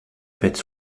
faite